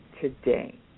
today